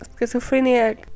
Schizophrenia